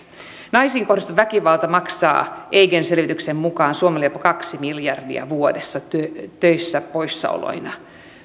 naisiin kohdistuva väkivalta maksaa eigen selvityksen mukaan suomelle jopa kaksi miljardia vuodessa töistä poissaoloina